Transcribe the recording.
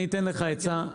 אני אתן לך עצה.